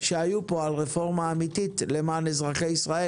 שהיו פה על רפורמה אמיתית למען אזרחי ישראל.